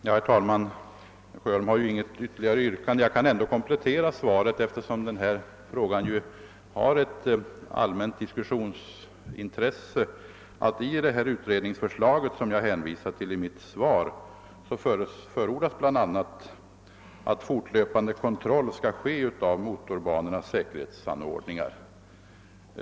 Herr talman! Herr Sjöholm ställde ingen ytterligare fråga. Jag vill ändå komplettera svaret med att säga, att i det utredningsförslag som jag hänvisade till i mitt svar förordas bl.a., att fortlöpande kontroll skall ske av motorbanornas säkerhetsanordningar.